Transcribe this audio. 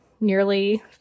nearly